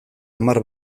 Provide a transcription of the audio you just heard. hamar